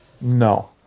No